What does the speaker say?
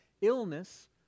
illness